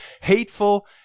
hateful